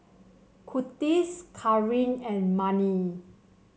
Kurtis Kareen and Manie